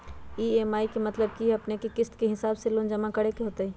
EMI के मतलब है कि अपने के किस्त के हिसाब से लोन जमा करे के होतेई?